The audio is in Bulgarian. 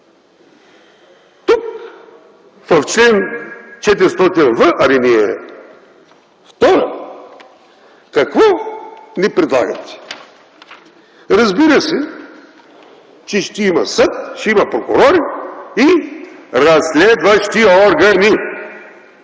Тук, в чл. 400в, ал. 2, какво ни предлагате. Разбира се, че ще има съд, ще има прокурори и разследващи органи